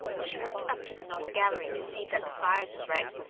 she went up to the north gallery to see that the fires was right,